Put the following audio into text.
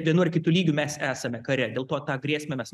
vienu ar kitu lygiu mes esame kare dėl to tą grėsmę mes